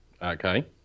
Okay